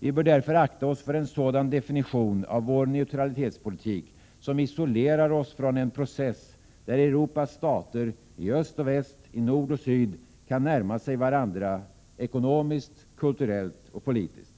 Vi bör därför akta oss för en sådan definition av vår neutralitetspolitik som isolerar oss från en process, där Europas stater i öst och väst, nord och syd kan närma sig varandra ekonomiskt, kulturellt och politiskt.